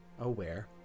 aware